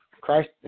Christ